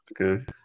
Okay